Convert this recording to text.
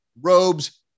robes